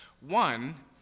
One